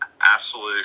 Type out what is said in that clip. absolute